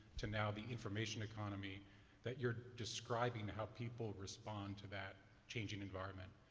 to now the information economy that you're describing how people respond to that changing environment.